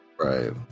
Right